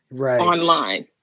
online